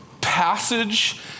passage